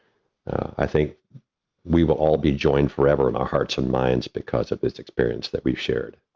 i think we will all be joined forever in our hearts and minds because of this experience that we've shared.